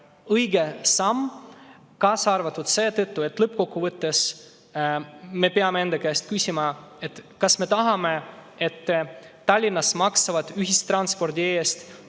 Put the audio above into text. õige samm, kaasa arvatud seetõttu, et lõppkokkuvõttes me peame enda käest küsima, kas me tahame, et Tallinnas maksavad ühistranspordi eest kõik